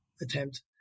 attempt